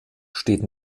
steht